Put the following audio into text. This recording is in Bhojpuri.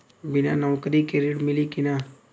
बिना नौकरी के ऋण मिली कि ना?